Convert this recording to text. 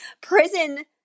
prison